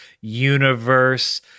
universe